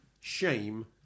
Shame